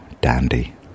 dandy